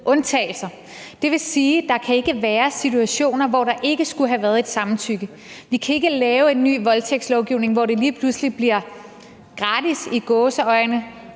undtagelser, og det vil sige, at der ikke kan være situationer, hvor der ikke skulle have været et samtykke. Vi kan ikke lave en ny voldtægtslovgivning, hvor det lige pludselig bliver – i gåseøjne